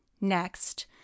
Next